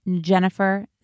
Jennifer